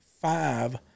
five